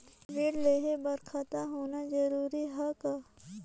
ऋण लेहे बर खाता होना जरूरी ह का?